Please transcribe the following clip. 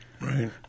right